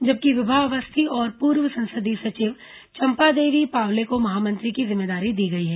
जबकि विभा अवस्थी और पूर्व संसदीय सचिव चंपादेवी पावले को महामंत्री की जिम्मेदारी दी गई है